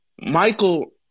Michael